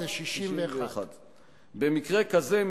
זה 61. 61. במקרה כזה,